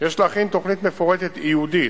יש להכין תוכנית מפורטת ייעודית,